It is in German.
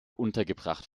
untergebracht